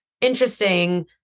interesting